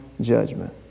judgment